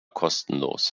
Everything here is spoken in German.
kostenlos